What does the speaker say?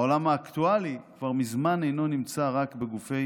העולם האקטואלי כבר מזמן אינו נמצא רק בגופי